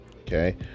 okay